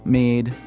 made